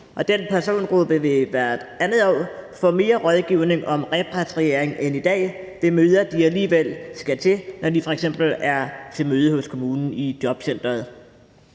år. Den persongruppe vil hvert andet år få mere rådgivning om repatriering end i dag ved møder, som de alligevel skal til, når de f.eks. er til møde hos kommunen i jobcenteret.